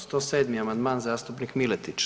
107. amandman zastupnik Miletić.